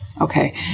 Okay